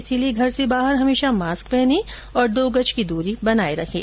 इसीलिए घर से बाहर हमेशा मास्क पहने और दो गज की दूरी बनाए रखें